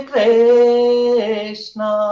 Krishna